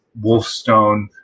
Wolfstone